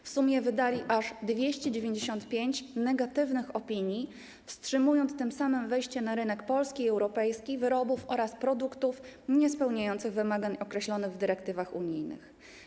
W sumie wydali aż 295 negatywnych opinii, wstrzymując tym samym wejście na rynek polski i europejski wyrobów oraz produktów niespełniających wymagań określonych w dyrektywach unijnych.